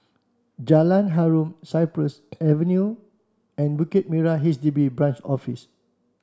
Jalan Harum Cypress Avenue and Bukit Merah H D B Branch Office